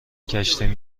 کشتیم